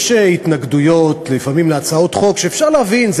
לפעמים יש התנגדויות להצעות חוק שאפשר להבין,